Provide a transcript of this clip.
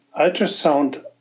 ultrasound